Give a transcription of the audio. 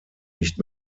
nicht